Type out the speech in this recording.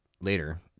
later